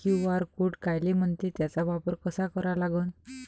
QR code कायले म्हनते, त्याचा वापर कसा करा लागन?